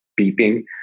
beeping